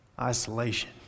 isolation